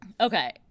okay